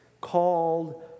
called